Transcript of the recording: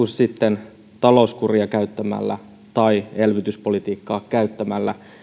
sitten talouskuria käyttämällä tai elvytyspolitiikkaa käyttämällä